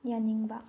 ꯌꯥꯅꯤꯡꯕ